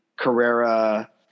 Carrera